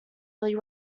early